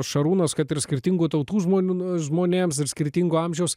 šarūnas kad ir skirtingų tautų žmonių žmonėms ir skirtingo amžiaus